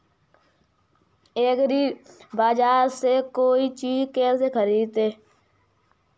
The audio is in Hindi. एग्रीबाजार से कोई चीज केसे खरीदें?